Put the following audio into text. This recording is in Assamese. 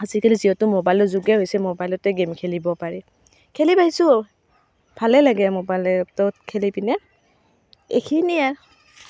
আজিকালি যিহেতু মোবাইলৰ যুগে হৈছে মোবাইলতে গেম খেলিব পাৰে খেলি পাইছোঁও ভালে লাগে মোবাইলতো খেলি পিনে এইখিনিয়ে